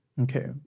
Okay